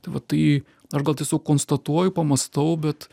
tai va tai aš gal tiesiog konstatuoju pamąstau bet